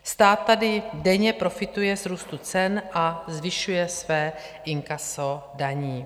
Stát tady denně profituje z růstu cen a zvyšuje své inkaso daní.